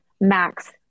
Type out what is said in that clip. Max